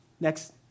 Next